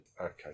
Okay